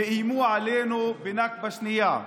ואיימו עלינו בנכבה שנייה.